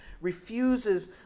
refuses